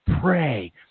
pray